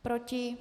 Proti?